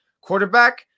quarterback